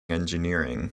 engineering